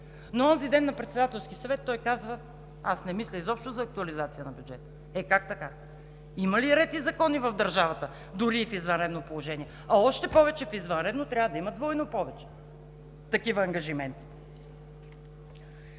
но онзи ден на Председателския съвет той каза: „Аз не мисля изобщо за актуализация на бюджета!“ Е как така? Има ли ред и закони в държавата дори и в извънредно положение, а още повече в извънредно трябва да има двойно повече такива ангажименти?